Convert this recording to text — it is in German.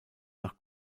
nach